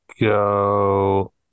go